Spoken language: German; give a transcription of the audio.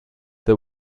the